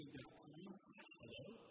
hello